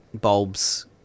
bulbs